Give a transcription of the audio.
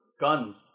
guns